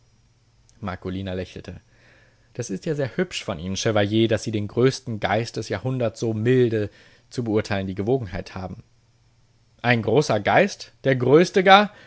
marcolina lächelte das ist ja sehr hübsch von ihnen chevalier daß sie den größten geist des jahrhunderts so milde zu beurteilen die gewogenheit haben ein großer geist der größte gar